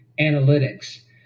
analytics